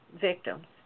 victims